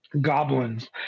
goblins